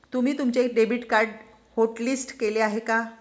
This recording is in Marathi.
तुम्ही तुमचे डेबिट कार्ड होटलिस्ट केले आहे का?